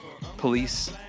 police